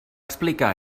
explicar